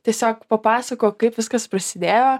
tiesiog papasakok kaip viskas prasidėjo